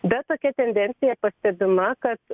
bet tokia tendencija pastebima kad